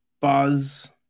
Buzz